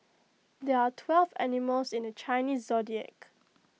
there are twelve animals in the Chinese Zodiac